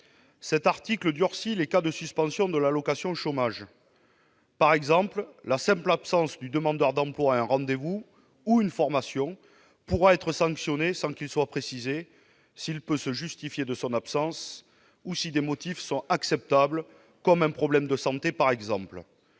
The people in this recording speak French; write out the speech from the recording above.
Cet article durcit les cas de suspension de l'allocation chômage. Par exemple, la simple absence du demandeur d'emploi à un rendez-vous ou à une formation pourra être sanctionnée, sans qu'il soit précisé s'il peut justifier son absence ou si certains motifs sont acceptables, un problème de santé par exemple.